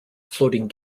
floating